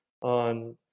on